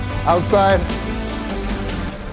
Outside